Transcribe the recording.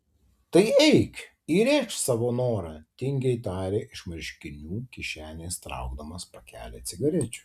tai eik įrėžk savo norą tingiai tarė iš marškinių kišenės traukdamas pakelį cigarečių